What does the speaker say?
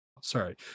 sorry